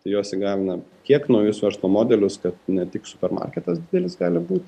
tai jos įgalina kiek naujus verslo modelius kad ne tik supermarketas didelis gali būti